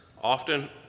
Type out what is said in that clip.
often